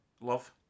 love